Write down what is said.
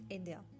India।